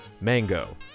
Mango